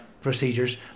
procedures